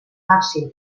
màxim